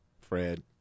Fred